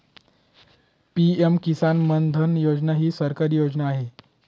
PM Kisan Maandhan Yojana ही सरकारी योजना आहे